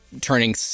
turning